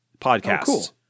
podcasts